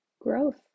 growth